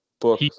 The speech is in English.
book